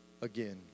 again